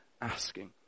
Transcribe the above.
asking